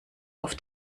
auf